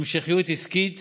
המשכיות עסקית